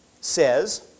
says